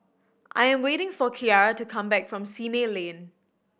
I am waiting for Kiara to come back from Simei Lane